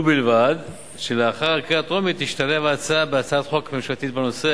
ובלבד שלאחר הקריאה הטרומית תשתלב ההצעה בהצעת חוק ממשלתית בנושא.